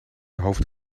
hoofd